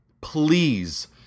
Please